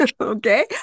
Okay